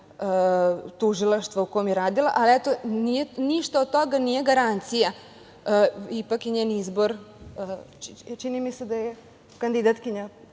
tužilaštva u kom je radila. Eto, ništa od toga nije garancije, ipak je njen izbor, čini mi se da je kandidatkinja